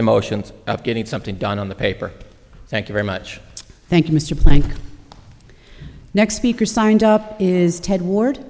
the motions of getting something done on the paper thank you very much thank you mr plank the next speaker signed up is ted ward